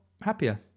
happier